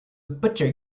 butcher